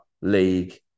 league